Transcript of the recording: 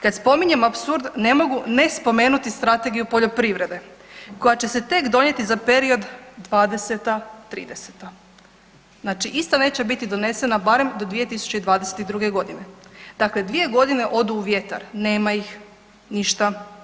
Kad spominjemo apsurd ne mogu ne spomenuti strategiju poljoprivrede koja će se tek donijeti za period '20.-'30., znači isto neće biti donesena barem do 2022.g., dakle 2.g. odu u vjetar, nema ih, ništa.